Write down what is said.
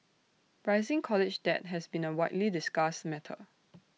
rising college debt has been A widely discussed matter